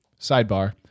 sidebar